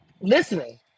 Listening